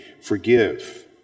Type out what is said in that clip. Forgive